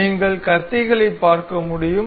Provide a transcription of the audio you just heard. நீங்கள் கத்திகளை பார்க்க முடியும்